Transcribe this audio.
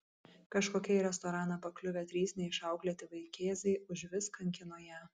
kažkokie į restoraną pakliuvę trys neišauklėti vaikėzai užvis kankino ją